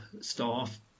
staff